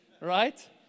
right